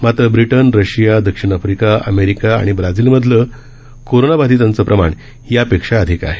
मात्र Britain Russia दक्षिण Africa America आणि ब्राझील मधलं कोरोनाबाधितांचं प्रमाण यापेक्षा अधिक आहे